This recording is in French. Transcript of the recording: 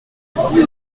rue